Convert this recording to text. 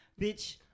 bitch